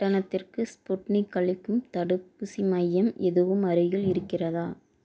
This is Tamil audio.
கட்டணத்திற்கு ஸ்புட்னிக் அளிக்கும் தடுப்பூசி மையம் எதுவும் அருகில் இருக்கிறதா